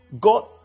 God